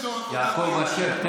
יעקב אשר,